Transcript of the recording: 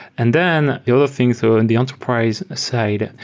and then the other thing, so in the enterprise ah side, and